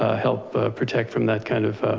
ah help protect from that kind of,